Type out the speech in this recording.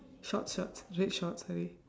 shorts shorts red shorts sorry